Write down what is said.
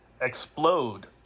Explode